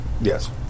Yes